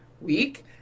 week